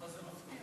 אבל זה מפתיע.